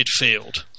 midfield